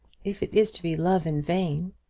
if it is to be love in vain,